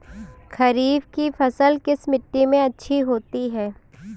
खरीफ की फसल किस मिट्टी में अच्छी होती है?